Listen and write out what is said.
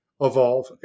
evolve